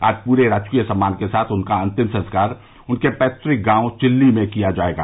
आज पूरे राजकीय सम्मान के साथ उनका अंतिम संस्कार उनके पैतृक गांव चिल्ली में किया जायेगा